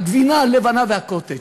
הגבינה הלבנה והקוטג',